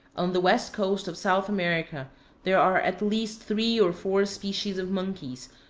on the west coast of south america there are at least three or four species of monkeys,